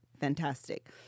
fantastic